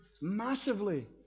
massively